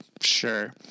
Sure